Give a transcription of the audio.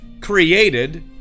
created